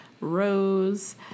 rose